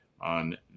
on